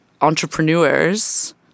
entrepreneurs